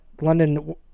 london